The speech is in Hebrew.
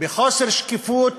בחוסר שקיפות.